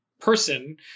person